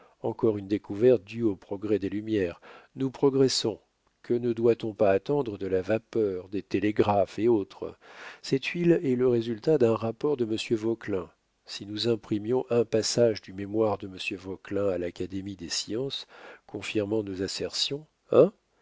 encore une découverte due aux progrès des lumières nous progressons que ne doit-on pas attendre de la vapeur des télégraphes et autres cette huile est le résultat d'un rapport de monsieur vauquelin si nous imprimions un passage du mémoire de monsieur vauquelin à l'académie des sciences confirmant nos assertions